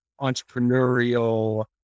entrepreneurial